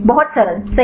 बहुत सरल सही